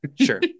Sure